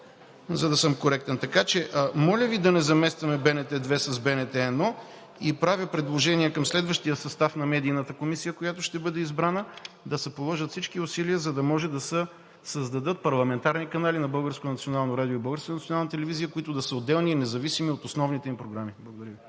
за да съм коректен. Така че, моля Ви, да не заместваме БНТ 2 с БНТ 1. Правя предложение към следващия състав на медийната комисия, която ще бъде избрана, да се положат всички усилия, за да може да се създадат парламентарни канали на БНР и БНТ, които да са отделни и независими от основните им програми. Благодаря Ви.